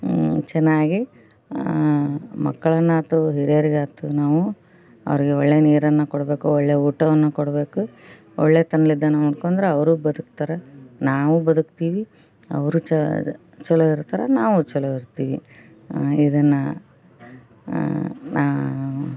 ಚೆನ್ನಾಗಿ ಮಕ್ಕಳನ್ನಾಯ್ತು ಹಿರಿಯರಿಗೆ ಆಯ್ತು ನಾವು ಅವರಿಗೆ ಒಳ್ಳೆಯ ನೀರನ್ನು ಕೊಡಬೇಕು ಒಳ್ಳೆ ಊಟವನ್ನು ಕೊಡ್ಬೇಕು ಒಳ್ಳೆತನದಿಂದ ನೋಡ್ಕೊಂಡ್ರೆ ಅವರು ಬದುಕ್ತಾರೆ ನಾವು ಬದುಕ್ತೀವಿ ಅವರು ಛಾದ ಚಲೋ ಇರ್ತಾರೆ ನಾವು ಚಲೋ ಇರ್ತೀವಿ ಇದನ್ನು ನಾ